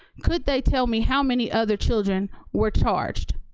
could they tell me how many other children were charged?